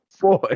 Boy